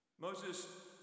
Moses